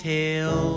tell